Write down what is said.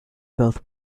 both